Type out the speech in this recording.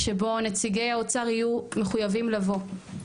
שבוא נציגי האוצר יהיו מחויבים לבוא,